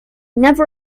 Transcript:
never